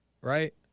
Right